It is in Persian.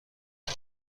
گله